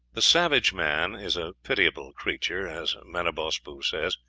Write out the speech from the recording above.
the savage man is a pitiable creature as menabosbu says,